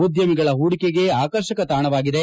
ಉದ್ಯಮಿಗಳ ಪೂಡಿಕೆಗೆ ಆಕರ್ಷಕ ತಾಣವಾಗಿದೆ